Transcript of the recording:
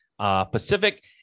Pacific